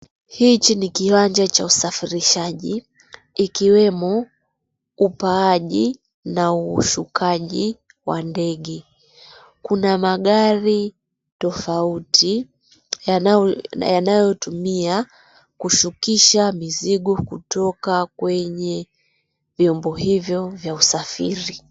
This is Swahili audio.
Hiki ni kiwanja cha usafirishaji ikiwemo upaaji na ushukaji wa ndege. Kuna magari tofauti yanayotumia kushukisha mizigo kutoka kwenye vyombo hivyo vya usafiri.